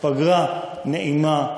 פגרה נעימה,